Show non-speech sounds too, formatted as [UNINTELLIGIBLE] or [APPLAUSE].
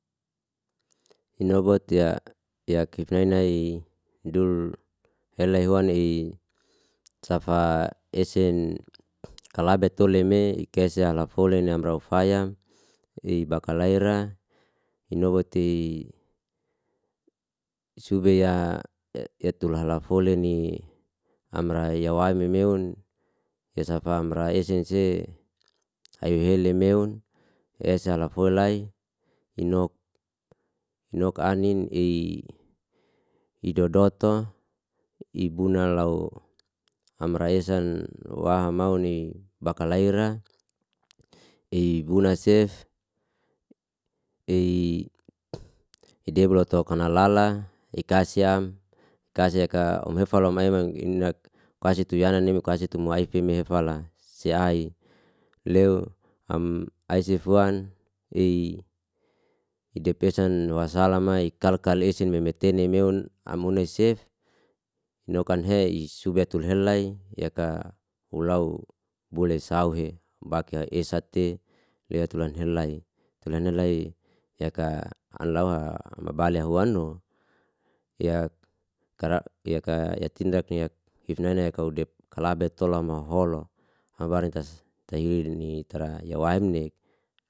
Inobot ya [HESITATION] kifna nai dul eno ele huan'i safa esen kalabet to leme ike ese alafoleni am rau faya, [HESITATION] bakalaira inoboti subeya ye tulala foli ni amra yawai memeun yesafa amra esense ayuhele meun, esa lafol lai inok. Inok anin [HESITATION] idodoto, ibuna lau amra esan waham mau ni bakalaira eibuna sef, ei [HESITATION] debo lotok kana lala ikasiam [HESITATION] aka omhefal om [UNINTELLIGIBLE] ku kasi tu yana ni, ku kasi tu muaifi mihe fala seai, leu am aisi fuan [HESITATION] idepesan wasalama ikalkal esen meme tene meun am unai sef nokan he, isubetul helai yaka ulau bule sauhe bakiha esa te lae tulanhe lai. Tulanhe lai yaka alawa ama bale ya huano ya [HESITATION] tindak kifnene kau [HESITATION] kalabet tola mo holo ha baru tas tahilni tara yawam ne.